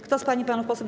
Kto z pań i panów posłów